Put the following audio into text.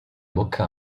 bocca